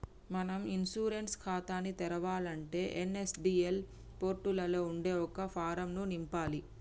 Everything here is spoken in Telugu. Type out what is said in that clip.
మనం ఇన్సూరెన్స్ ఖాతాని తెరవాలంటే ఎన్.ఎస్.డి.ఎల్ పోర్టులలో ఉండే ఒక ఫారం ను నింపాలి